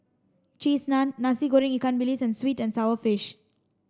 cheese naan Nasi Goreng Ikan Bilis and sweet and sour fish